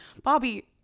Bobby